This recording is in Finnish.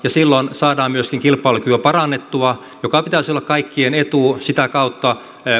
silloin saadaan myöskin kilpailukykyä parannettua minkä pitäisi olla kaikkien etu sitä kautta